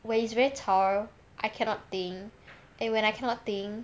when it's very 吵 I cannot think and when I cannot think